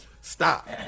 stop